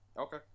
Okay